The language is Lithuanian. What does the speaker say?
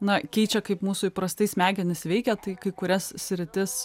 na keičia kaip mūsų įprastai smegenys veikia tai kai kurias sritis